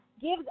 gives